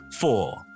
four